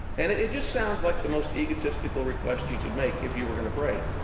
and it it just sounds like the most egotistical request you could make, if you were going to pray.